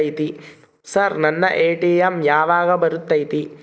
Sir ನನ್ನ ATM ಯಾವಾಗ ಬರತೈತಿ?